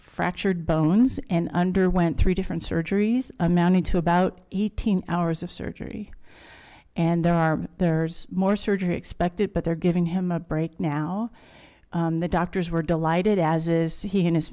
fractured bones and underwent three different surgeries amounting to about eighteen hours of surgery and there are there's more surgery expected but they're giving him a break now the doctors were delighted as is he and his